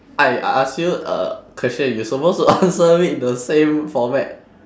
I ask you a question you supposed to answer me in the same format